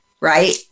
right